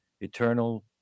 eternal